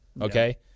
okay